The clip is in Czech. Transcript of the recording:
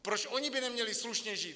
Proč oni by neměli slušně žít?